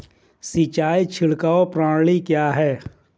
सिंचाई छिड़काव प्रणाली क्या है?